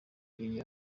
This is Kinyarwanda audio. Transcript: iyi